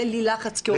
יהיה לי לחץ כעובד.